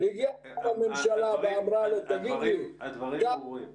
באה הממשלה ואמרה לו: --- רפאל,